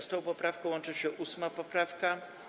Z tą poprawką łączy się 8. poprawka.